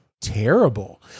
terrible